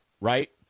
Right